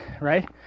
right